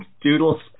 doodles